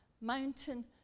mountain